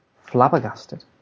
Flabbergasted